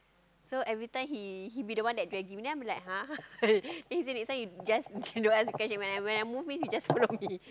so everytime he he be the one that dragging me then I will be like !huh! then he say next time you just don't ask when I move you just follow me